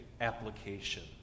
application